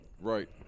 Right